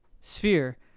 sphere